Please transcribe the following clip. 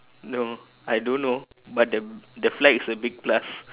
no I don't know but the the flag is a big plus